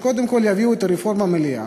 שקודם כול יביאו את הרפורמה המלאה,